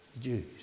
Jews